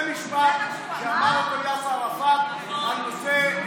זה משפט שאמר אותו יאסר ערפאת על נושא,